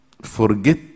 forget